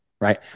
right